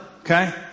Okay